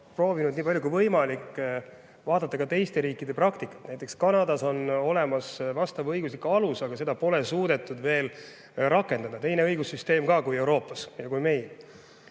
proovinud nii palju kui võimalik vaadata ka teiste riikide praktikat. Näiteks Kanadas on olemas vastav õiguslik alus, aga seda pole suudetud veel rakendada. Neil on ka teistsugune õigussüsteem kui meil